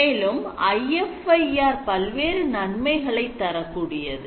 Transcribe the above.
மேலும் IFIR பல்வேறு நன்மைகளை தரக்கூடியது